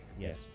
yes